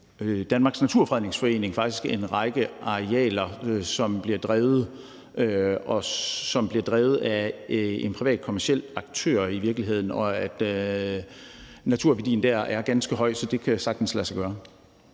Danmarks Naturfredningsforening faktisk en række arealer, som i virkeligheden bliver drevet af en privat kommerciel aktør, og naturværdien dér er ganske høj. Så det kan sagtens lade sig gøre.